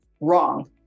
wrong